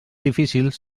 difícils